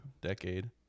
decade